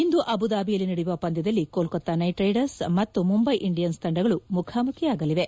ಇಂದು ಅಬುದಾಬಿಯಲ್ಲಿ ನಡೆಯುವ ಪಂದ್ಯದಲ್ಲಿ ಕೊಲ್ಕತ್ತಾ ನೈಟ್ ರೈಡರ್ಸ್ ಮತ್ತು ಮುಂಬೈ ಇಂಡಿಯನ್ಸ್ ತಂಡಗಳು ಮುಖಾಮುಖಿಯಾಗಲಿವೆ